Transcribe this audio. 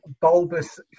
bulbous